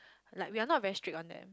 like we are not very strict on them